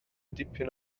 dipyn